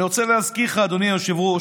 אני רוצה להזכיר לך, אדוני היושב-ראש: